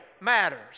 matters